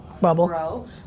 Bubble